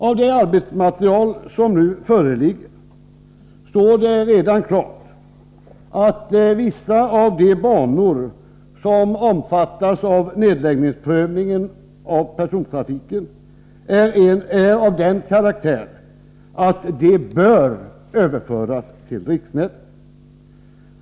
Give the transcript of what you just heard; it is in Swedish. Av det arbetsmaterial som nu föreligger står det redan klart att vissa av de banor som omfattas av nedläggningsprövningen av persontrafiken är av den karaktären att de bör överföras till riksnätet.